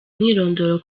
umwirondoro